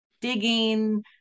digging